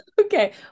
okay